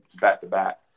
back-to-back